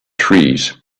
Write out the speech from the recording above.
trees